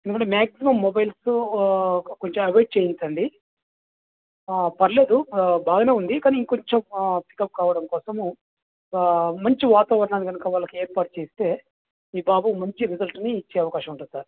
ఎందుకంటే maximum mobiles కొంచెం avoid చెయ్యించండి పర్వాలేదు బాగానే ఉంది కానీ ఇంకొంచెం పికప్ కావడం కోసము మంచి వాతావరణాన్ని కనుక వాళ్ళకి ఏర్పాటుచేస్తే ఈ బాబు మంచి రిసల్ట్ని ఇచ్చే అవకాశం ఉంటుంది సార్